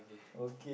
okay